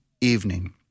evening